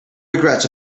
regrets